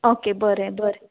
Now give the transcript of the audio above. okay बरें बरें